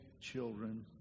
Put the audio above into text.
children